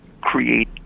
create